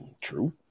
True